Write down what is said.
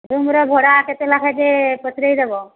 ରୁମ୍ର ଭଡ଼ା କେତେ ଲେଖାଁ ଯେ ପଚାରି ଦେବ